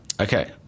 Okay